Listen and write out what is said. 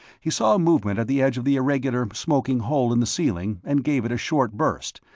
he saw a movement at the edge of the irregular, smoking, hole in the ceiling, and gave it a short burst,